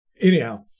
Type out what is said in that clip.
Anyhow